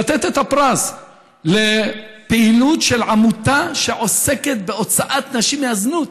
לתת את הפרס לפעילות של עמותה שעוסקת בהוצאת נשים מהזנות.